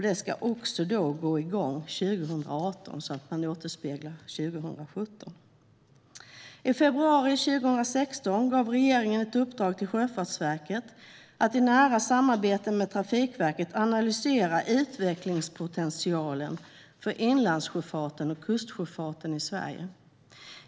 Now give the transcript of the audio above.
Det ska också gå igång 2018, så att man återspeglar 2017. I februari 2016 gav regeringen ett uppdrag till Sjöfartsverket att i nära samarbete med Trafikverket analysera utvecklingspotentialen för inlandssjöfarten och kustsjöfarten i Sverige.